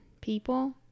people